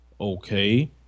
okay